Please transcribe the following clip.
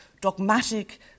dogmatic